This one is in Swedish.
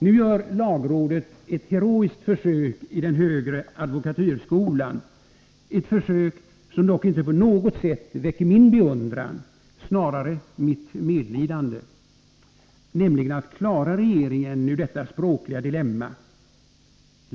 Nu gör lagrådet ett heroiskt försök i den högre advokatyrskolan, som dock inte på något sätt väcker min beundran — snarare mitt medlidande — att klara regeringen ur detta språkliga dilemma.